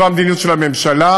זו המדיניות של הממשלה,